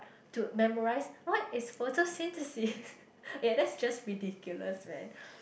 to memorise what is photosynthesis ya that's just ridiculous man